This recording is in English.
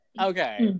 okay